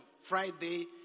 Friday